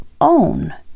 own